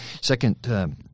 second –